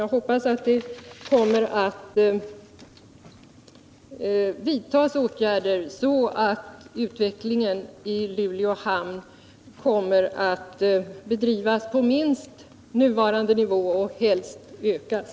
Jag hoppas att det kommer att vidtas åtgärder, så att verksamheten i Luleå hamn kan bedrivas på minst nuvarande nivå och helst ökas.